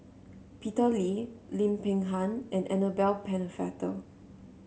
Peter Lee Lim Peng Han and Annabel Pennefather